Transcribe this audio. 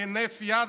בהינף יד,